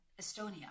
Estonia